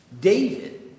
David